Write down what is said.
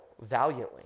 valiantly